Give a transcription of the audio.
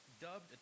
dubbed